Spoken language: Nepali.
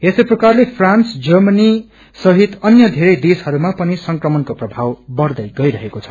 यतसै प्रकारले फ्रान्स जर्मनी सहित अन्य बेरै देशहरूमापनि संक्रमणको प्रभाव बढ़दै गइरहेको छ